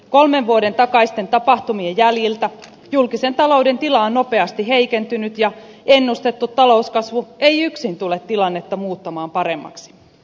kolmen vuoden takaisten tapahtumien jäljiltä julkisen talouden tila on nopeasti heikentynyt ja ennustettu talouskasvu ei yksin tule tilannetta muuttamaan paremmaksi